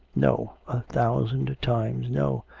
no, a thousand times no.